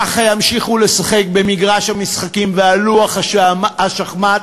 ככה ימשיכו לשחק במגרש המשחקים ועל לוח השחמט,